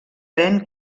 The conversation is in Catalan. pren